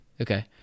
Okay